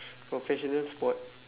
professional sport